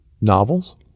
novels